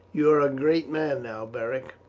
you are a great man now, beric,